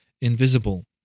invisible